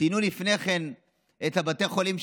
ציינו לפני כן את בתי החולים,